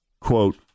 quote